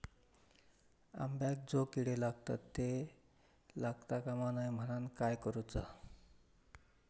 अंब्यांका जो किडे लागतत ते लागता कमा नये म्हनाण काय करूचा?